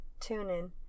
TuneIn